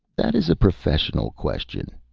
that is a professional question,